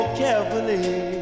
carefully